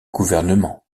gouvernement